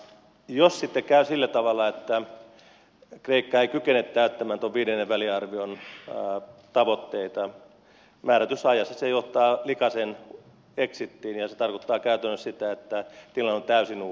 jos sitten käy sillä tavalla että kreikka ei kykene täyttämään tuon viidennen väliarvion tavoitteita määrätyssä ajassa se johtaa likaiseen exitiin ja se tarkoittaa käytännössä sitä että tilanne on täysin uusi